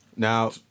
Now